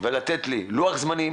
ולתת לי לוח זמנים